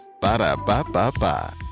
Ba-da-ba-ba-ba